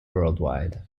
worldwide